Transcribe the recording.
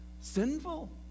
sinful